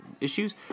issues